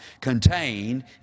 contained